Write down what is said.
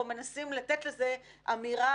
או מנסים לתת לזה אמירה,